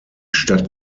stadt